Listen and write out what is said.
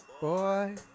Boy